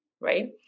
right